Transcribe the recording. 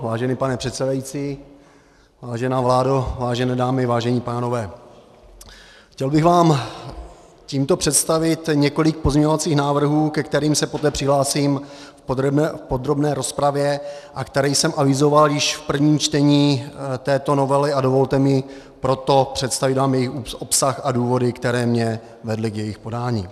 Vážený pane předsedající, vážená vládo, vážené dámy, vážení pánové, chtěl bych vám tímto představit několik pozměňovacích návrhů, ke kterým se potom přihlásím v podrobné rozpravě a které jsem avizoval již v prvním čtení této novely, a dovolte mi proto představit vám jejich obsah a důvody, které mě vedly k jejich podání.